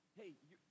hey